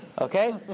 okay